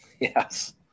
Yes